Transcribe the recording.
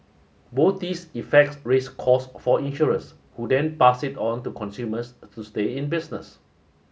both these effects raise cost for insurance who then pass it on to consumers to stay in business